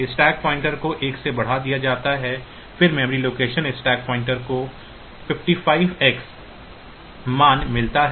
stack pointer को 1 से बढ़ा दिया जाता है फिर मेमोरी लोकेशन स्टैक पॉइंटर को 55 x मान मिलता है